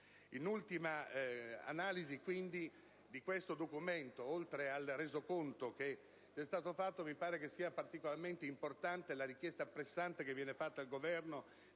In ultima analisi, di questo documento, oltre al resoconto che è stato fatto, è particolarmente importante la richiesta pressante fatta al Governo